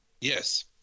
Yes